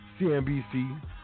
CNBC